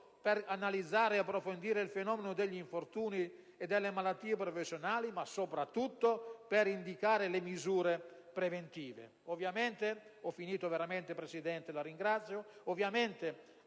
per analizzare e approfondire il fenomeno degli infortuni e delle malattie professionali ma, soprattutto, per indicare le misure preventive. Ovviamente, questo importante impegno